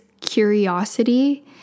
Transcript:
curiosity